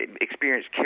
experienced